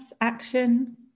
action